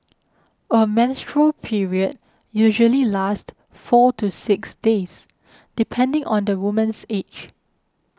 a menstrual period usually lasts four to six days depending on the woman's age